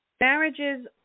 marriages